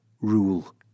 rule